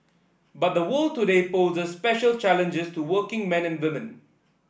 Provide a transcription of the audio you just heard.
but the world today poses special challenges to working men and women